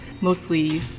mostly